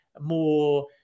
more